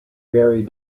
very